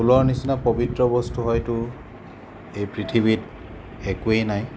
ফুলৰ নিচিনা পৱিত্ৰ বস্তু হয়তো এই পৃথিৱীত একোৱেই নাই